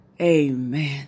Amen